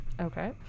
okay